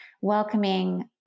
welcoming